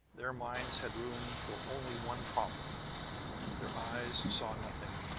their minds had room for only one problem their eyes saw nothing,